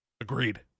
Agreed